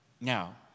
Now